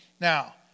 Now